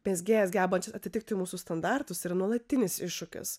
mezgėjas gebančias atitikti mūsų standartus yra nuolatinis iššūkis